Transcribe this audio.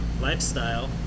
lifestyle